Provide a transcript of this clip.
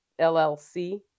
LLC